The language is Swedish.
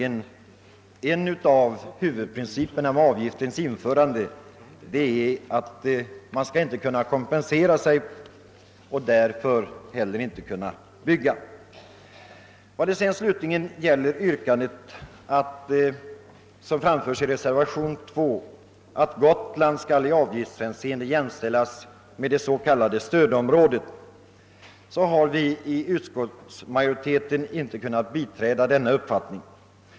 En av huvudprinciperna med avgiften är att man inte skall kunna kompensera sig. Vi som tillhör utskottsmajoriteten har inte kunnat biträda det yrkande som framförts i reservation 2, att Gotland i avgiftshänseende skall jämställas med stödområdet.